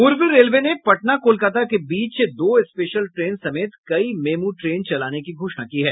पूर्व रेलवे ने पटना कोलकाता के बीच दो स्पेशल ट्रेन समेत कई मेमू ट्रेन चलाने की घोषणा की है